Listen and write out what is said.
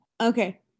Okay